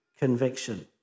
conviction